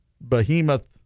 behemoth